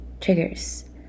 triggers